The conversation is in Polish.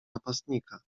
napastnika